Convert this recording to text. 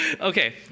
Okay